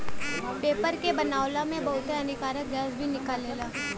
paper के बनावला में बहुते हानिकारक गैस भी निकलेला